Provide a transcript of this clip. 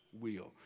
wheel